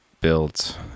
built